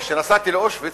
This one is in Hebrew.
כשנסעתי לאושוויץ,